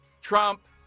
Trump